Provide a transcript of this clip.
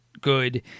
good